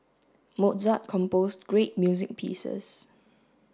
Mozart composed great music pieces